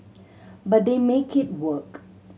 but they make it work